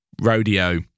rodeo